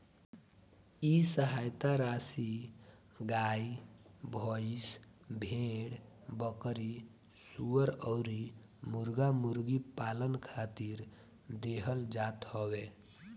इ सहायता राशी गाई, भईस, भेड़, बकरी, सूअर अउरी मुर्गा मुर्गी पालन खातिर देहल जात हवे